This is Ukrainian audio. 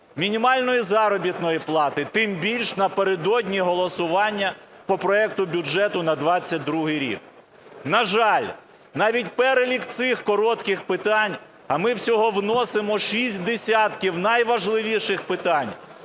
мінімальної заробітної плати, тим більше напередодні голосування по проекту бюджету на 22-й рік? На жаль, навіть перелік цих коротких питань, а ми всього вносимо шість десятків найважливіших питань,